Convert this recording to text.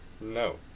No